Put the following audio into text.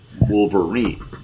Wolverine